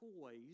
toys